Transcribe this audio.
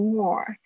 more